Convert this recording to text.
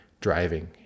driving